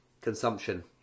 consumption